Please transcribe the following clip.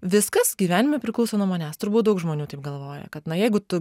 viskas gyvenime priklauso nuo manęs turbūt daug žmonių taip galvoja kad na jeigu tu